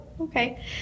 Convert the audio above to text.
okay